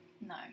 No